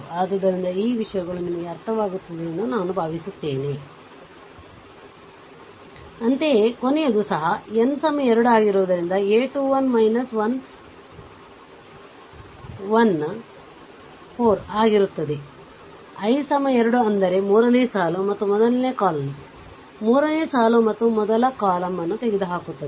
ಆದ್ದರಿಂದ ಈ ವಿಷಯಗಳು ನಿಮಗೆ ಅರ್ಥವಾಗುತ್ತವೆ ಎಂದು ನಾನು ಭಾವಿಸುತ್ತೇನೆ ಅಂತೆಯೇ ಕೊನೆಯದು ಸಹ n 2 ಆಗಿರುವುದರಿಂದ a 2 1 1 4 ಆಗಿರುತ್ತದೆi2 ಅಂದರೆ ಮೂರನೇ ಸಾಲು ಮತ್ತು ಮೊದಲ ಕಾಲಮ್ ಮೂರನೇ ಸಾಲು ಮತ್ತು ಮೊದಲ ಕಾಲಮ್ ಅನ್ನು ತೆಗೆದುಹಾಕಲಾಗುತ್ತದೆ